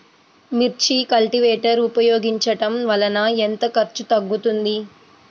మిర్చి కల్టీవేటర్ ఉపయోగించటం వలన ఎంత ఖర్చు తగ్గుతుంది?